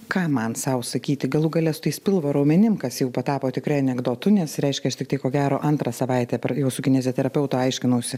ką man sau sakyti galų gale su tais pilvo raumenim kas jau patapo tikrai anekdotu nes reiškia tiktai ko gero antrą savaitę pra su kineziterapeutu aiškinausi